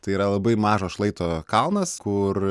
tai yra labai mažo šlaito kalnas kur